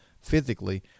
physically